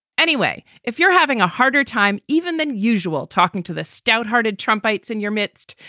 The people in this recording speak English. anyway, if you're having a harder time even than usual, talking to the stout hearted trump ites in your midst,